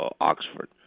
Oxford